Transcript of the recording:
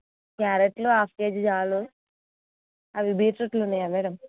క్యారెట్లు half KG చాలు అవి బీట్రూట్లు ఉన్నాయా మ్యాడమ్